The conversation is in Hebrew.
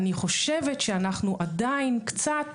אני חושבת שאנחנו עדיין קצת